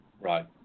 Right